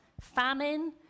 famine